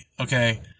Okay